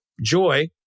joy